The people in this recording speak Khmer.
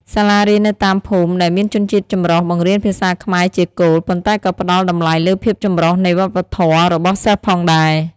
សាលារៀននៅតាមភូមិដែលមានជនជាតិចម្រុះបង្រៀនភាសាខ្មែរជាគោល ប៉ុន្តែក៏ផ្ដល់តម្លៃលើភាពចម្រុះនៃវប្បធម៌របស់សិស្សផងដែរ។